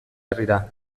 herrira